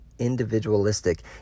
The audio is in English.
Individualistic